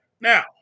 Now